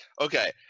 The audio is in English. Okay